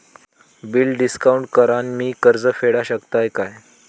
Bill discount करान मी कर्ज फेडा शकताय काय?